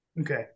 Okay